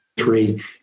Three